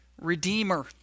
redeemer